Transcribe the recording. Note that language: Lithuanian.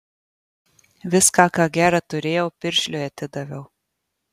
viską ką gera turėjau piršliui atidaviau